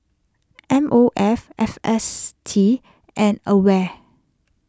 M O F F S T and Aware